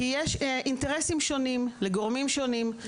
כי יש אינטרסים שונים לגורמים שונים,